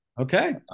Okay